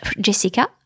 jessica